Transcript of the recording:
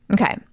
Okay